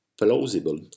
plausible